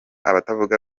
abatavuga